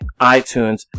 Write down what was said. iTunes